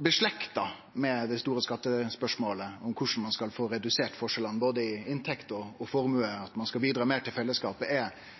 I slekt med det store skattespørsmålet om korleis ein skal få redusert forskjellane både i inntekt og i formue, at ein skal bidra meir til fellesskapet, er